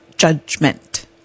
judgment